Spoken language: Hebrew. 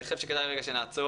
אני חושב שכדאי שנעצור.